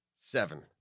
Seven